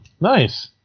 nice